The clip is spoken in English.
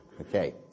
Okay